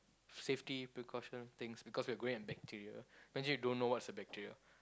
safety precautional things because we're growing a bacteria imagine you don't know what's a bacteria